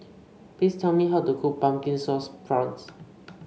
please tell me how to cook Pumpkin Sauce Prawns